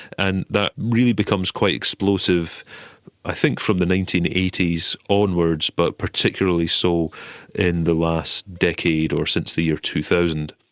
and that really becomes quite explosive i think from the nineteen eighty s onwards, but particularly so in the last decade or since the year two thousand.